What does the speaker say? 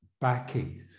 backing